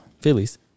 Phillies